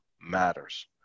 matters